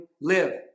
live